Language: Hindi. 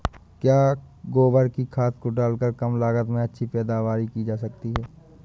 क्या गोबर की खाद को डालकर कम लागत में अच्छी पैदावारी की जा सकती है?